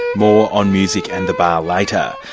more on music and the bar later.